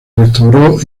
restauró